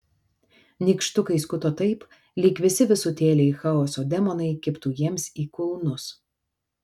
nykštukai skuto taip lyg visi visutėliai chaoso demonai kibtų jiems į kulnus